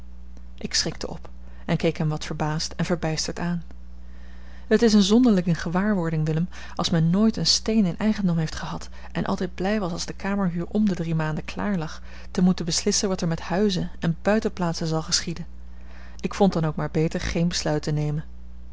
ik schrikte op en keek hem wat verbaasd en verbijsterd aan het is eene zonderlinge gewaarwording willem als men nooit een steen in eigendom heeft gehad en altijd blij was als de kamerhuur om de drie maanden klaar lag te moeten beslissen wat er met huizen en buitenplaatsen zal geschieden ik vond dan ook maar beter geen besluit te nemen